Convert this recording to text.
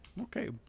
Okay